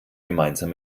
gemeinsam